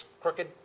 crooked